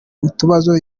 utubazo